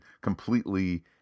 completely